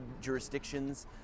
jurisdictions